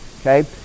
Okay